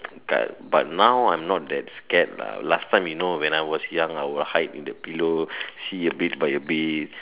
but but now I'm not that scared lah last time you know when I was young I will hide in the pillow see a bit by a bit